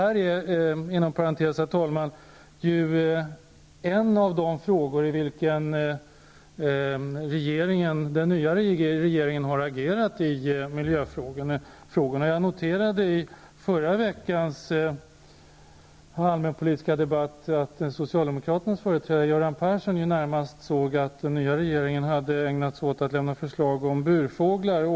Detta är inom parentes en av de miljöfrågor där den nya regeringen har agerat. Jag noterade under förra veckans allmänpolitiska debatt att socialdemokraternas företrädare Göran Persson närmast ansåg att den nya regeringen hade ägnat sig åt att lämna förslag om burfåglar.